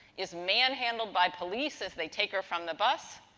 is manhandled by police as they take her from the bus.